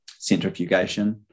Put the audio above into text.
centrifugation